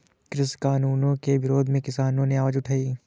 कृषि कानूनों के विरोध में किसानों ने आवाज उठाई